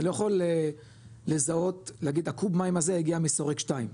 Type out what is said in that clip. אני לא יכול לזהות להגיד הקוב מים הזה הגיע משורק 2,